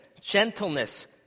gentleness